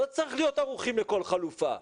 לא צריך להיות ערוכים לכל חלופה.